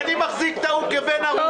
אני מחזיק את הפנייה ההיא כבת ערובה,